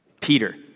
Peter